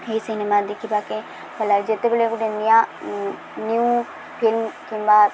ଏହି ସିନେମା ଦେଖିବାକୁ ଭଲା ଲାଗେ ଯେତେବେଳେ ଗୋଟେ ନ୍ୟୁ ଫିଲ୍ମ କିମ୍ବା